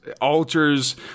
alters